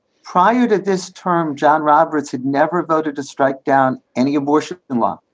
prior to this term, john. moderates had never voted to strike down any abortion in law,